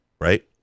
right